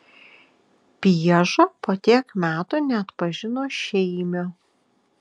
pieža po tiek metų neatpažino šeimio